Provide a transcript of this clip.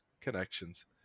connections